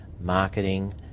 marketing